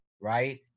Right